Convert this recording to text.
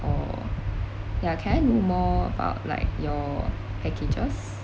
or yeah can I know more about like your packages